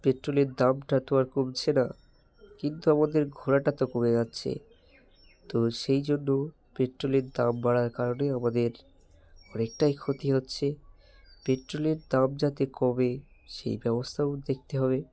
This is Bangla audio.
পেট্রোলের দামটা তো আর কমছে না কিন্তু আমাদের ঘোরাটা তো কমে যাচ্ছে তো সেই জন্য পেট্রোলের দাম বাড়ার কারণে আমাদের অনেকটাই ক্ষতি হচ্ছে পেট্রোলের দাম যাতে কমে সেই ব্যবস্থাও দেখতে হবে